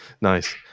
nice